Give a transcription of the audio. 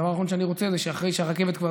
הדבר האחרון שאני רוצה זה שאחרי שהרכבת כבר